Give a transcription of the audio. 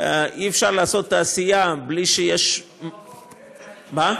אי-אפשר לעשות תעשייה בלי שיש, בסדר,